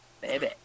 Baby